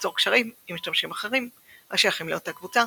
ליצור קשרים עם משתמשים אחרים השייכים לאותה קבוצה,